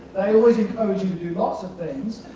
always encourage you to do lots of things,